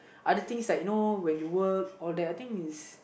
other things like you know when you work all that I think is